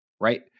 right